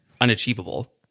unachievable